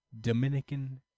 Dominican